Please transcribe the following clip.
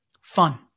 fun